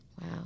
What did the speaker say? Wow